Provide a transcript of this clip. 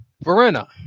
Verena